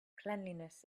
cleanliness